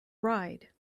ride